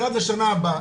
זה רק בשנה הבאה.